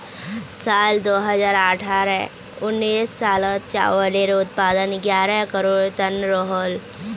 साल दो हज़ार अठारह उन्नीस सालोत चावालेर उत्पादन ग्यारह करोड़ तन रोहोल